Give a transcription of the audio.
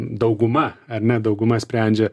dauguma ar ne dauguma sprendžia